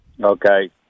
Okay